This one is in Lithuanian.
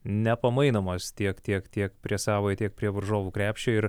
nepamainomas tiek tiek tiek prie savojo tiek prie varžovų krepšio ir